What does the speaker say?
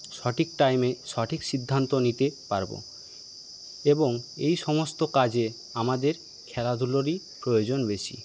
সঠিক টাইমে সঠিক সিদ্ধান্ত নিতে পারবো এবং এই সমস্ত কাজে আমাদের খেলাধুলারই প্রয়োজন বেশি